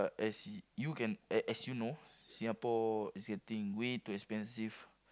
uh as you can a~ as you know Singapore is getting way too expensive